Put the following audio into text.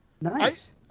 nice